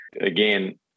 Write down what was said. again